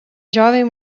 jovem